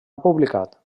publicat